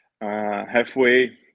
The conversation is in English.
halfway